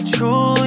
True